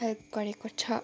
help गरेको छ